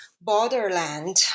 borderland